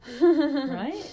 right